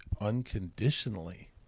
unconditionally